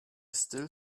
still